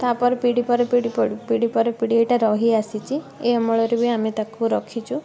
ତା'ପରେ ପିଢ଼ି ପରେ ପିଢ଼ି ପିଢ଼ି ପରେ ପିଢ଼ି ଏଇଟା ରହି ଆସିଛି ଏ ଅମଳରେ ବି ଆମେ ତାକୁ ରଖିଛୁ